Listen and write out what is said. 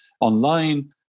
online